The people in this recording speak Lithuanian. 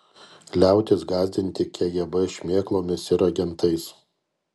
liautis gąsdinti kgb šmėklomis ir agentais